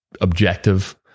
objective